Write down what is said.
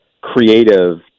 creative